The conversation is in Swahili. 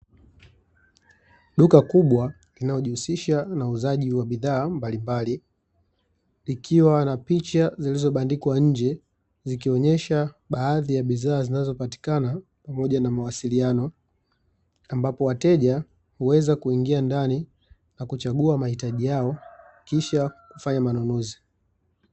Duka kubwa linalojihusisha na uuzaji wa bidhaa mbalimbali likiwa na picha zilizobandikwa nje zikionyesha baadhi ya bidhaa zinazopatikana pamoja na mawasiliano ambapo wateja huweza kuingia ndani na kuchagua mahitaji yao kisha kufanya manunuzi.